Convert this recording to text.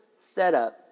setup